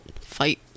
fight